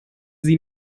sie